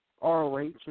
ROH